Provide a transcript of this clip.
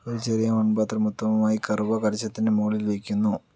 ഒരു ചെറിയ മൺപാത്രം ഉത്തമമായി കർവക്കലശത്തിൻ്റെ മുകളിൽ വെയ്ക്കുന്നു